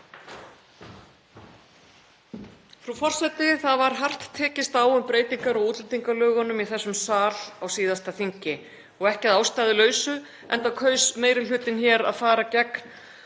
forseti. Það var hart tekist á um breytingar á útlendingalögunum í þessum sal á síðasta þingi og ekki að ástæðulausu, enda kaus meiri hlutinn hér að fara gegn